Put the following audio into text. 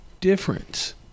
difference